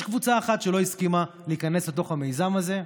יש קבוצה אחת שלא הסכימה להיכנס לתוך המיזם הזה.